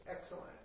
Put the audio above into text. excellent